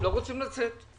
לא רוצים לצאת.